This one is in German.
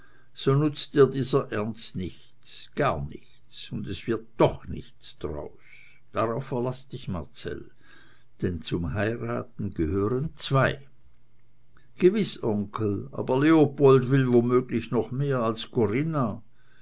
so nutzt ihr dieser ernst nichts gar nichts und es wird doch nichts draus darauf verlaß dich marcell denn zum heiraten gehören zwei gewiß onkel aber leopold will womöglich noch mehr als corinna